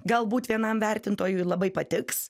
galbūt vienam vertintojui labai patiks